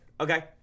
okay